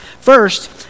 First